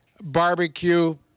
barbecue